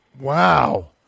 wow